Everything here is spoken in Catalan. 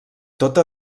tota